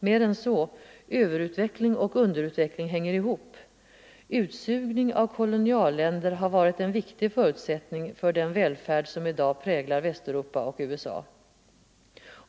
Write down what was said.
Mer än så — överutveckling och underutveckling hänger ihop. -—-- Utsugning av kolonialländer har varit en viktig förutsättning för den välfärd som i dag präglar Västeuropa och USA .